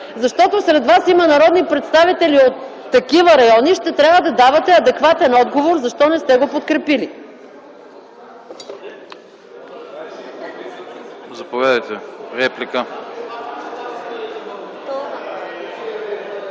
защото сред вас има народни представители от такива райони и ще трябва да давате адекватен отговор – защо не сте го подкрепили?